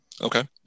Okay